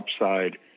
upside